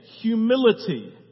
Humility